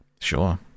Sure